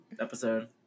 episode